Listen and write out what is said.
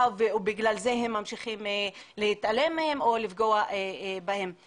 ובגלל זה הם ממשיכים להתעלם מהם או לפגוע בהם.